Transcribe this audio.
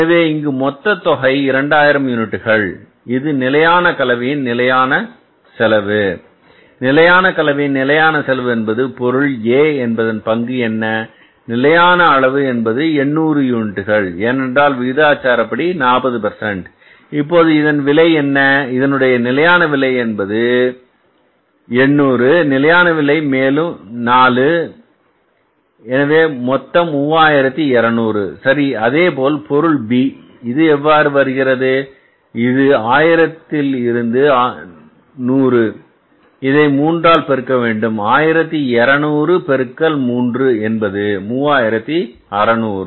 எனவே இங்கு மொத்த தொகை 2000 யூனிட்டுகள் இது நிலையான கலவையின் நிலையான செலவு நிலையான கலவையின் நிலையான செலவு என்பது பொருள A என்பதன் பங்கு என்ன நிலையான அளவு என்பது 800 யூனிட்டுகள் ஏனென்றால் விகிதாச்சாரப்படி 40 இப்போது இதன் விலை என்ன இதனுடைய நிலையான விலை என்பது 800 நிலையான விலை நாலு எனவே மொத்தம் 3200 சரி அதேபோல் பொருள் B இது எவ்வாறு வருகிறது இது ஆயிரத்தில் இருந்து 100 இதை மூன்றால் பெருக்க வேண்டும் 1200 பெருக்கல் 3 என்பது 3600